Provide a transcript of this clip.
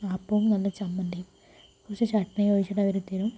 അപ്പവും നല്ല ചമ്മന്തിയും കുറച്ച് ചട്ട്ണിയും ഒഴിച്ചിട്ട് അവര് തരും